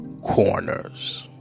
corners